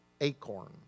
acorn